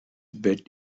bet